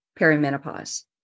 perimenopause